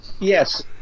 Yes